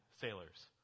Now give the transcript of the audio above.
sailors